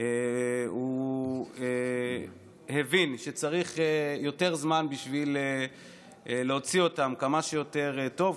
הוא הבין שצריך יותר זמן בשביל להוציא אותם כמה שיותר טוב,